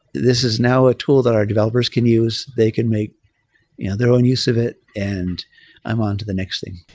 this is now a tool that our developers can use. they can make their own use of it, and i'm on to the next thing.